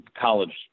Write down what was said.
college